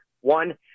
one